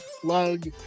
plug